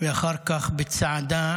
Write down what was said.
ואחר כך בצעדה,